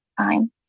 time